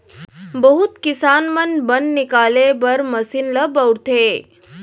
बहुत किसान मन बन निकाले बर मसीन ल बउरथे